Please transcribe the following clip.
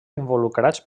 involucrats